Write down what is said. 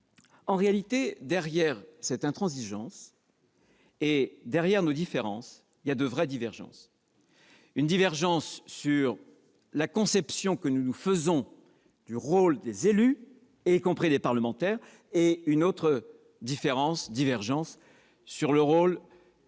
En réalité, derrière cette intransigeance et derrière nos différences, il y a de vraies divergences : une divergence sur la conception que nous nous faisons du rôle des élus- y compris des parlementaires -et une divergence sur le rôle que nous